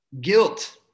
guilt